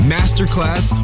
Masterclass